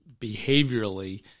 behaviorally